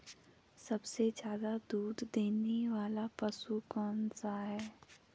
सबसे ज़्यादा दूध देने वाला पशु कौन सा है?